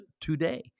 today